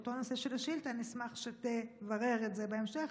לאותו הנושא של השאילתה, אשמח שתברר את זה בהמשך